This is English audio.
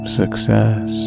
success